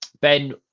Ben